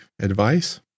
advice